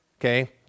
Okay